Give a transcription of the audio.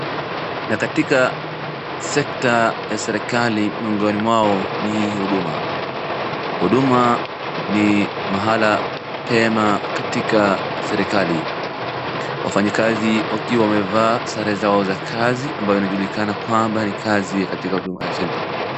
Na katika sekta ya serikali miongni mwao ni huduma. Huduma ni mahala pema katika serikali. wafanyikazi wakiwa wamevaa sare zao za kazi ambayo inajulikana kwamba ni kazi katika huduma ya center.